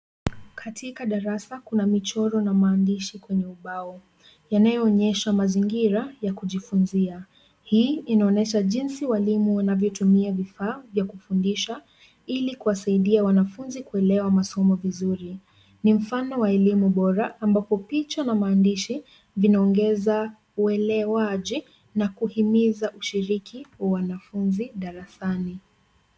Katika darasa kuna michoro na maandishi kwenye ubao, yanayoonyesha mazingira ya kujifunzia. Hii inaonyesha jinsi walimu wanavyotumia vifaa vya kufundisha, ili kuwasaidia wanafunzi kuelewa masomo vizuri. Ni mfano wa elimu bora ambapo picha na maandishi vinaongeza uelewaji na kuhimiza ushiriki wa wanafunzi darasani.